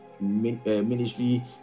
ministry